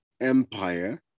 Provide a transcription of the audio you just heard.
empire